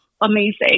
amazing